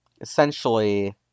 essentially